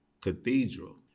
cathedral